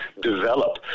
develop